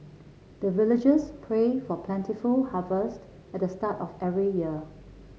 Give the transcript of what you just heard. the villagers pray for plentiful harvest at the start of every year